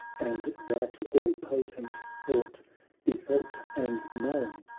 and that all-potent thought be felt and known,